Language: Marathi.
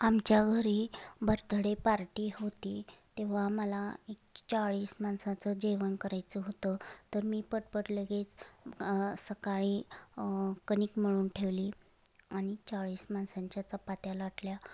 आमच्या घरी बर्थडे पार्टी होती तेव्हा मला एक चाळीस माणसाचं जेवण करायचं होतं तर मी पटपट लगेच सकाळी कणिक मळून ठेवली आणि चाळीस माणसांच्या चपात्या लाटल्या